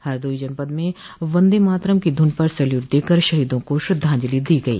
हरदोई जनपद में वंदे मातरम् की धुन पर सैल्यूट देकर शहीदों को श्रद्वाजंलि दी गई